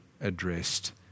addressed